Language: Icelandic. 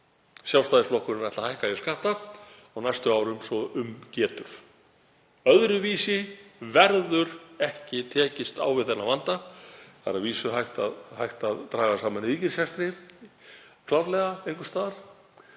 Sjálfstæðisflokkurinn ætli að hækka skatta á næstu árum svo um getur. Öðruvísi verður ekki tekist á við þennan vanda. Það er að vísu hægt að draga saman í ríkisrekstri, klárlega einhvers staðar,